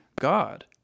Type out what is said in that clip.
God